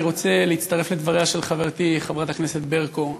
אני רוצה להצטרף לדבריה של חברתי חברת הכנסת ברקו.